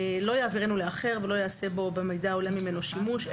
יעבירנו לאחר ולא יעשה בו או במידע העולה ממנו שימוש,